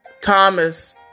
Thomas